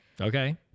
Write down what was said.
Okay